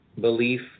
belief